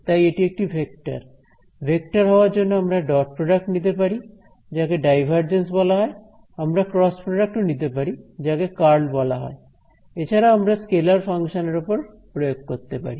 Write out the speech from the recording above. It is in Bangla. তাই এটি একটি ভেক্টর ভেক্টর হওয়ার জন্য আমরা ডট প্রোডাক্ট নিতে পারি যাকে ডাইভারজেন্স বলা হয় আমরা ক্রস প্রডাক্ট ও নিতে পারি যাকে কার্ল বলা হয় এছাড়াও আমরা স্কেলার ফাংশন এর ওপর প্রয়োগ করতে পারি